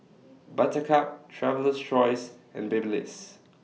Buttercup Traveler's Choice and Babyliss